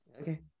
Okay